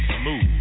smooth